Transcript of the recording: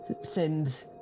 send